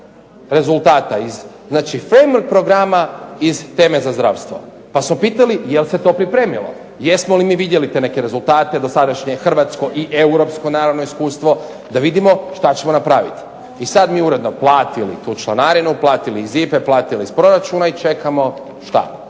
rezultata, znači femil programa iz teme za zdravstvo. Pa smo pitali jel se to pripremilo, jesmo li mi vidjeli te neke rezultate dosadašnje, hrvatsko i europsko naravno iskustvo da vidimo šta ćemo napraviti. I sad smo mi uredno platili tu članarinu, platili iz IPA-e, platili iz proračuna i čekamo šta?